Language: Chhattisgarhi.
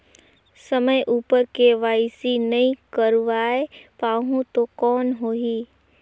समय उपर के.वाई.सी नइ करवाय पाहुं तो कौन होही?